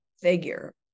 figure